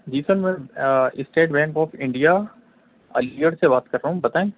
جی sir میں State Bank of India Aligarh سے بات کر رہا ہوں بتائیں